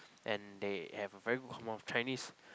and they have a very good command of Chinese